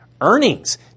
Earnings